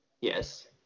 yes